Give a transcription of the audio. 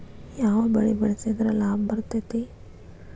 ಯಾವ ಬೆಳಿ ಬೆಳ್ಸಿದ್ರ ಲಾಭ ಬರತೇತಿ?